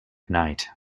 knight